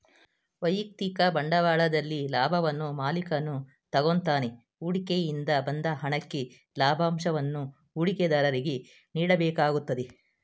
ವೈಯಕ್ತಿಕ ಬಂಡವಾಳದಲ್ಲಿ ಲಾಭವನ್ನು ಮಾಲಿಕನು ತಗೋತಾನೆ ಹೂಡಿಕೆ ಇಂದ ಬಂದ ಹಣಕ್ಕೆ ಲಾಭಂಶವನ್ನು ಹೂಡಿಕೆದಾರರಿಗೆ ನೀಡಬೇಕಾಗುತ್ತದೆ